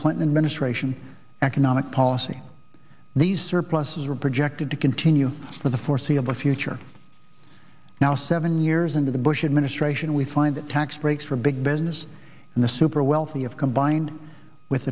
clinton administration economic policy these surpluses are projected to continue for the foreseeable future now seven years into the bush administration we find tax breaks for big business and the superwealthy of combined with